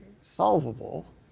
solvable